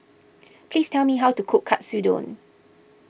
please tell me how to cook Katsudon